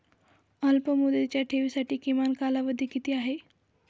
अल्पमुदतीच्या ठेवींसाठी किमान कालावधी किती आहे?